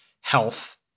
health